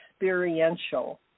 experiential